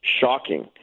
shocking